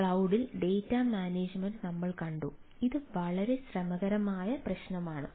ക്ലൌഡിൽ data management നമ്മൾ കണ്ടു ഇത് വളരെ ശ്രമകരമായ പ്രശ്നമാണ്